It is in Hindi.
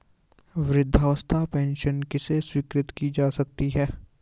वृद्धावस्था पेंशन किसे स्वीकृत की जा सकती है?